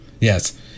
Yes